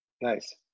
Nice